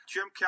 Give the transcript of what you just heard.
Jim